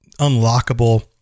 unlockable